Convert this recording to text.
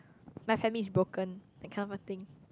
my family is broken that kind of a thing